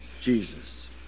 Jesus